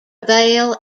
vale